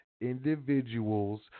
individuals